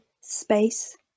space